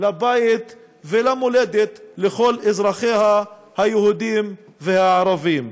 לבית ולמולדת לכל אזרחיה, היהודים והערבים.